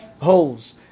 holes